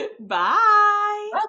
Bye